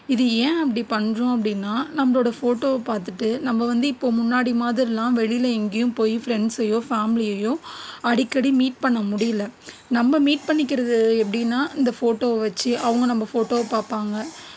இது ஏன் அப்படி பண்ணுறோம் அப்படினா நம்பளோடய ஃபோட்டோவை பார்த்துட்டு நம்ப வந்து இப்போது முன்னாடி மாதிரிலாம் வெளியில் எங்கேயும் போய் ஃப்ரெண்ட்ஸையோ ஃபேமிலியையோ அடிக்கடி மீட் பண்ண முடியல நம்ப மீட் பண்ணிக்கிறது எப்படினா இந்த ஃபோட்டோவை வெச்சு அவங்க நம்ப ஃபோட்டோவை பார்ப்பாங்க